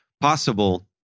possible